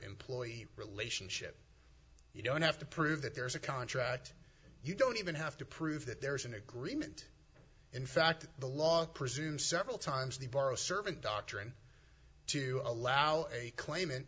employee relationship you don't have to prove that there's a contract you don't even have to prove that there's an agreement in fact the law presumes several times the borrow servant doctrine to allow a claim